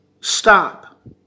Stop